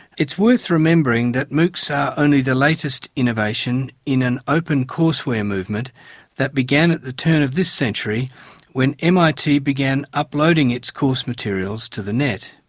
it's worth remembering that moocs are only the latest innovation in an open courseware movement that began at the turn of this century when mit first began uploading its course materials to the net.